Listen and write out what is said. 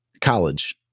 College